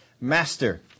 master